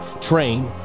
train